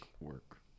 work